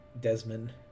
Desmond